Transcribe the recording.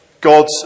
God's